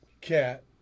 Cat